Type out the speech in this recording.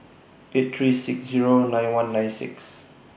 eight three six Zero nine one nine six